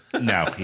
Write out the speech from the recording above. No